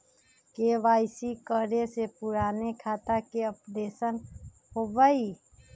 KYC करें से पुराने खाता के अपडेशन होवेई?